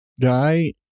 guy